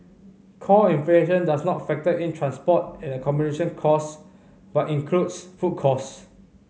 core inflation does not factor in transport and accommodation costs but includes food costs